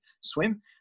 swim